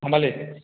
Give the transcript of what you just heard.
গম পালি